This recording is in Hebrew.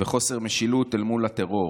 וחוסר משילות אל מול הטרור,